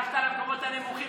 הלכת למקומות הנמוכים,